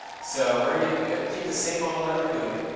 so we're going to keep the same model that we're doing.